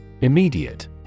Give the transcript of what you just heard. IMMEDIATE